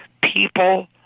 people